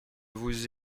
vous